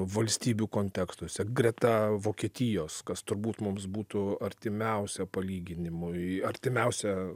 valstybių kontekstuose greta vokietijos kas turbūt mums būtų artimiausia palyginimui artimiausia